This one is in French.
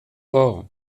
porc